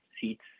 seats